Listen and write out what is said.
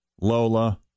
Lola